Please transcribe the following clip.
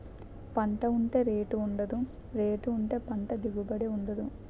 పంట ఉంటే రేటు ఉండదు, రేటు ఉంటే పంట దిగుబడి ఉండదు